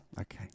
Okay